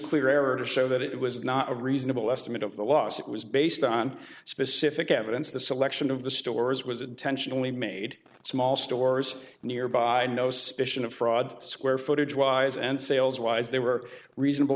clear error to show that it was not a reasonable estimate of the loss it was based on specific evidence the selection of the stores was intentionally made small stores nearby no suspicion of fraud square footage wise and sales wise they were reasonable